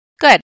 Good